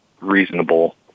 reasonable